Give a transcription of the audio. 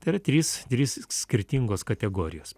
tai trys trys skirtingos kategorijos